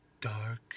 dark